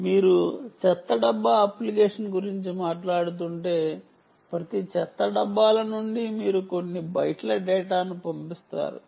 మీరు చెత్త డబ్బా అప్లికేషన్ గురించి మాట్లాడుతుంటే ప్రతి చెత్త డబ్బాల నుండి మీరు కొన్ని బైట్ల డేటాను పంపిస్తారు